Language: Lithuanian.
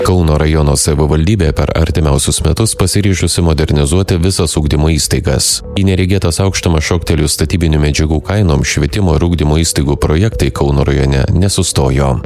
kauno rajono savivaldybė per artimiausius metus pasiryžusi modernizuoti visas ugdymo įstaigas į neregėtas aukštumas šoktelėjus statybinių medžiagų kainom švietimo ir ugdymo įstaigų projektai kauno rajone nesustojo